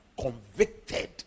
convicted